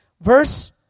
Verse